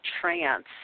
trance